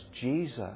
Jesus